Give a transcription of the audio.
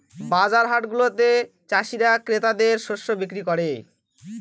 বাজার হাটগুলাতে চাষীরা ক্রেতাদের শস্য বিক্রি করে